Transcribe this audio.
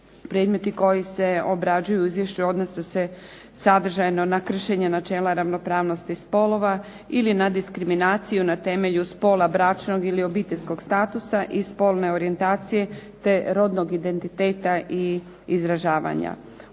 predmeti koji se obrađuju u izvješću odnose se sadržajno na kršenje načela ravnopravnosti spolova ili na diskriminaciju na temelju spola, bračnog ili obiteljskog statusa i spolne orijentacije te rodnog identiteta i izražavanja.